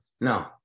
no